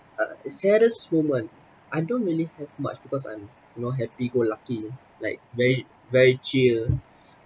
uh saddest moment I don't really have much because I'm you know happy-go-lucky like very very chill